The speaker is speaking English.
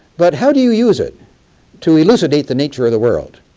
but how do you use it to elucidate the nature of the world,